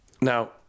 Now